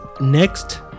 next